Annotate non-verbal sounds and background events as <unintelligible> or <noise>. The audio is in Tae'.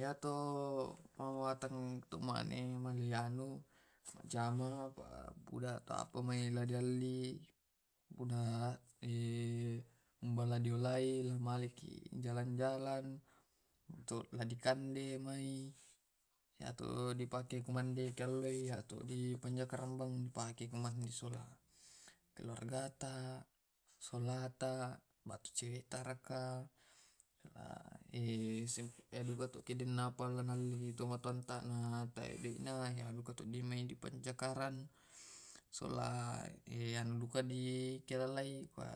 Yato penguaten tuk mane maleano majama apabuda ta atau apatumai elo dialli, buda <hesitation> tu bala dolai elo malliki jalan-jalan tuk dikande mai iya to dipake kumande kalloi, yatok dipanja <unintelligible> dipake sola, keluargata, solata <unintelligible> cewekta karaka, <hesitation> <unintelligible> doena <unintelligible> dipancakarang sola yang dukaki dikaralai ka